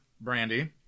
Brandy